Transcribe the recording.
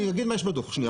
אני אגיד מה יש בדו"ח, שניה.